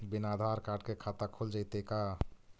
बिना आधार कार्ड के खाता खुल जइतै का?